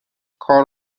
کار